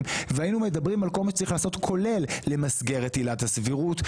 והיינו מדברים על כל מה שצריך לעשות כולל למסגר את עילת הסבירות.